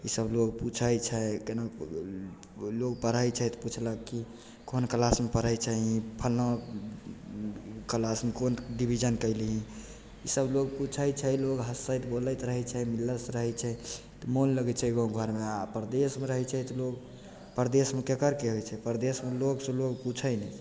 ई सभ लोग पुछय छै केना लोग पढ़य छै तऽ पुछलक कि कोन क्लासमे पढ़य छही फल्लाँ क्लासमे कोन डिविजन कयलही ई सभ लोग पुछय छै लोग हँसय बोलैत रहय छै रस रहय छै तऽ मोन लगय छै गाँव घरमे आओर परदेसमे रहय छै तऽ लोग परदेसमे केकरके होइ छै परदेसमे लोग से लोग पुछय नहि छै